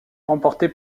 remportée